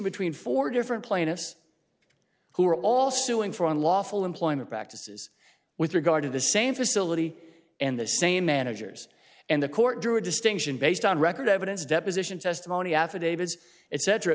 between four different plaintiffs who are all suing for unlawful employment practices with regard to the same facility and the same managers and the court drew a distinction based on record evidence deposition testimony affidavits it ce